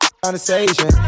conversation